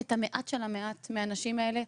את המעט של המעט מהאנשים האלה.